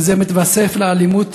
וזה מתווסף לאלימות